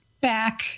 back